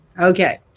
Okay